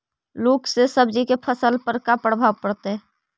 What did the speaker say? लुक से सब्जी के फसल पर का परभाव पड़तै?